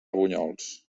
bunyols